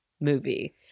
movie